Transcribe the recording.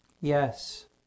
Yes